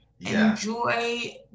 Enjoy